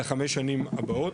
לחמש שנים הבאות,